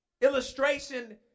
illustration